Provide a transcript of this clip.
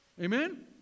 Amen